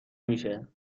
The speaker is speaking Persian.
میشه